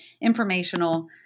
informational